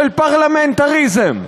של פרלמנטריזם.